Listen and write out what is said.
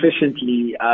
efficiently